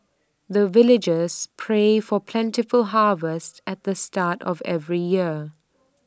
the villagers pray for plentiful harvest at the start of every year